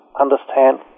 understand